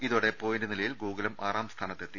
ഇതോടെ പോയിന്റ് നിലയിൽ ഗോകുലം ആറാം സ്ഥാനത്തെത്തി